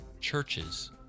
Churches